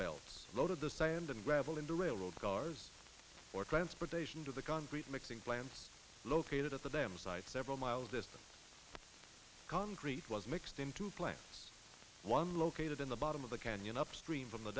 belts loaded the sand and gravel into railroad cars for transportation to the concrete mixing plans located at the dam site several miles distant concrete was mixed into place one located in the bottom of the canyon upstream from the